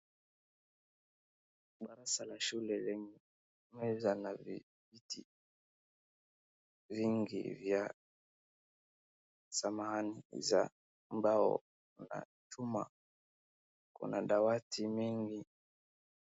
Darasa la shule lenye meza na viti vingi vya, samahani, za mbao na chuma, kuna dawati mingi.